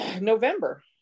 November